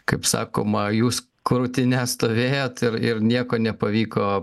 kaip sakoma jūs krūtine stovėjot ir ir nieko nepavyko